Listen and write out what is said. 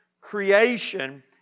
creation